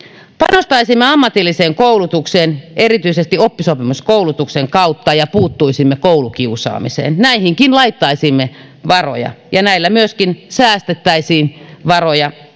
panostaisimme ammatilliseen koulutukseen erityisesti oppisopimuskoulutuksen kautta ja puuttuisimme koulukiusaamiseen näihinkin laittaisimme varoja ja näillä myöskin säästettäisiin varoja